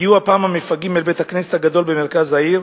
הגיעו הפעם המפגעים אל בית-הכנסת הגדול במרכז העיר,